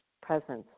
presence